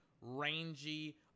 rangy